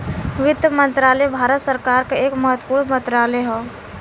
वित्त मंत्रालय भारत सरकार क एक महत्वपूर्ण मंत्रालय हौ